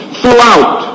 throughout